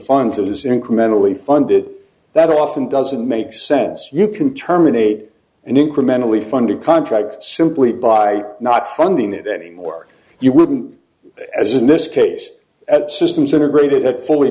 funds that is incrementally funded that often doesn't make sense you can terminate an incrementally funded contract simply by not funding it anymore you wouldn't as in this case at systems integrated that fully